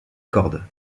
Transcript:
cordes